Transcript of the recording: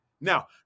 Now